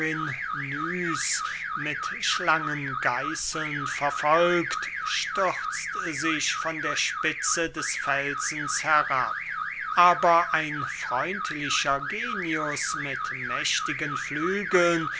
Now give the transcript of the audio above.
mit schlangengeißeln verfolgt stürzt sich von der spitze des felsens herab aber ein freundlicher genius mit mächtigen flügeln